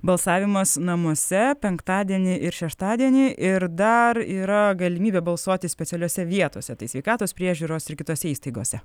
balsavimas namuose penktadienį ir šeštadienį ir dar yra galimybė balsuoti specialiose vietose tai sveikatos priežiūros ir kitose įstaigose